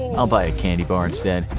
i'll buy a candy bar instead?